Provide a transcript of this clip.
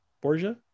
Borgia